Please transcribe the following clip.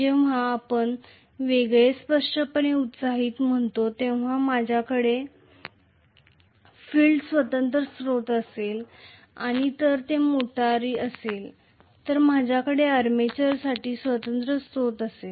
जेव्हा आपण वेगळे स्पष्टपणे एक्साइटेड म्हणतो तेव्हा माझ्याकडे फील्डसाठी स्वतंत्र स्त्रोत असेल आणि जर ते मोटार असेल तर माझ्याकडे आर्मेचरसाठी स्वतंत्र स्त्रोत असेल